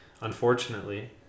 Unfortunately